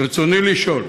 רצוני לשאול: